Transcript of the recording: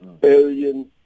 billion